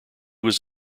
was